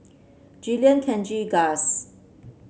Jillian Kenji Guss